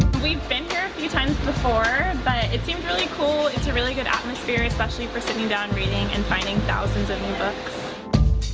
we've been here a few times before, but it seems really cool, it's a really good atmosphere, especially for sitting down reading and finding thousands of new but